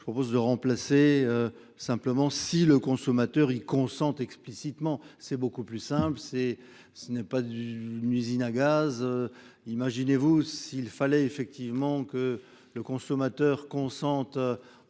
je propose de remplacer simplement si le consommateur il consent explicitement. C'est beaucoup plus simple, ce n'est pas une usine à gaz. Imaginez-vous s'il fallait effectivement que le consommateur consente